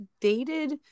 dated